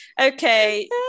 Okay